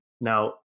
Now